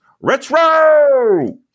Retro